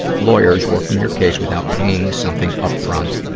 lawyers working your case without paying something up front,